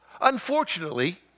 Unfortunately